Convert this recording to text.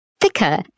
thicker